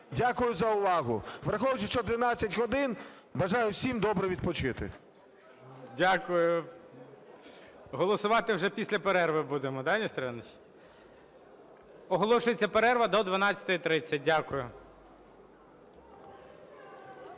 Дякую за увагу. Враховуючи, що 12 годин, бажаю всім добре відпочити. ГОЛОВУЮЧИЙ. Дякую. Голосувати вже після перерви будемо, да, Нестор Іванович? Оголошується перерва до 12:30. Дякую.